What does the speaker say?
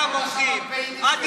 רגע, ואנחנו לא, החשדות בעינם עומדים.